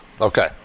Okay